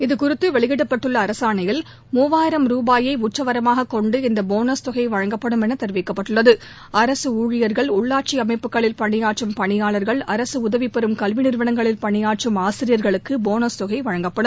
இதுகுறித்து வெளியிடப்பட்டுள்ள அரசாணையில் மூவாயிரம் ரூபாயை உச்சவரம்பாகக் கொண்டு இந்த போனஸ் தொகை வழங்கப்படும் என தெரிவிக்கப்பட்டுள்ளது அரசு ஊழியர்கள் உள்ளாட்சி அமைப்புகளில் பணியாற்றும் பணியாளர்கள் அரசு உதவி பெறும் கல்வி நிறுவனங்களில் பணியாற்றும் ஆசிரியர்களுக்கு போனஸ் தொகை வழங்கப்படும்